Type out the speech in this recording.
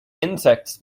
insects